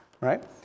right